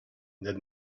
that